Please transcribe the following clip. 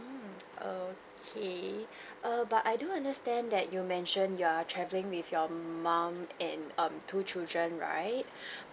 mm okay err but I do understand that you mention you're travelling with your mum and um two children right